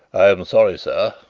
i am sorry, sir,